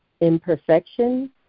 imperfection